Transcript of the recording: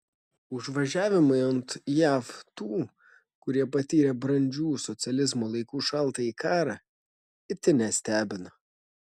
užvažiavimai ant jav tų kurie patyrė brandžių socializmo laikų šaltąjį karą itin nestebina